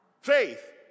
Faith